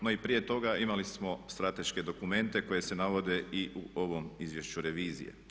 No i prije toga imali smo strateške dokumente koji se navode i u ovom izvješću revizije.